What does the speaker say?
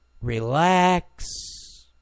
relax